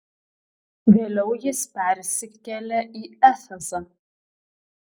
vėliau jis persikėlė į efezą